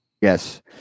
Yes